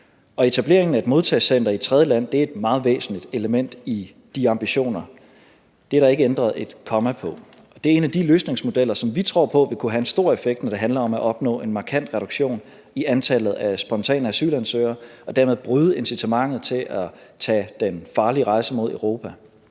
Etableringen af et modtagecenter i et tredjeland er et meget væsentligt element i de ambitioner. Det er der ikke ændret et komma ved. Det er jo en af de løsningsmodeller, som vi tror på ville kunne have en stor effekt, når det handler om at opnå en markant reduktion i antallet af spontane asylansøgere og dermed bryde incitamentet til at tage den farlige rejse mod Europa.